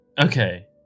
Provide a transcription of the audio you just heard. Okay